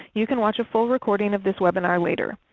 you can watch a full recording of this webinar later.